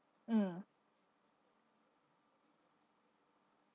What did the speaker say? mm